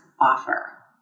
offer